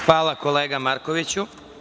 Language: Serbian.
Hvala kolega Markoviću.